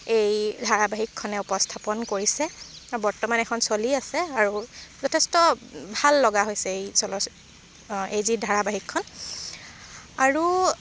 এই ধাৰাবাহিকখনে উপস্থাপন কৰিছে বৰ্তমান এইখন চলি আছে আৰু যথেষ্ট ভাল লগা হৈছে এই চলচি এই যি ধাৰাবাহিকখন আৰু